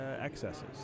excesses